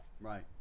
Right